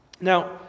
Now